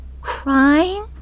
crying